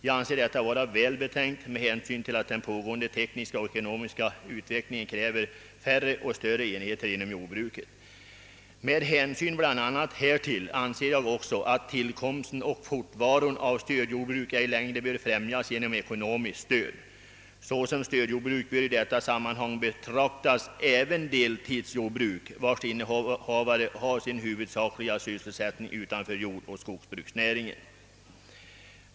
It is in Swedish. Jag anser detta vara välbetänkt med hänsyn till att den pågående tekniska och ekonomiska utvecklingen kräver färre och större enheter inom jordbruket. Med hänsyn bl.a. härtill anser jag också att tillkomsten och fortvaron av stödjordbruk ej längre bör främjas genom ekonomiskt stöd. Såsom stödjordbruk bör i detta sammanhang betraktas även deltidsjordbruk vars innehavare har sin huvudsakliga sysselsättning utanför jordoch skogsbruksnäringen.